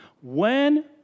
When